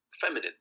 feminine